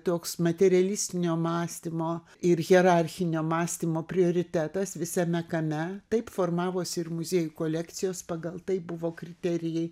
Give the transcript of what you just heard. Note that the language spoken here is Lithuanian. toks materialistinio mąstymo ir hierarchinio mąstymo prioritetas visame kame taip formavosi ir muziejų kolekcijos pagal tai buvo kriterijai